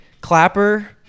Clapper